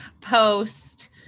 post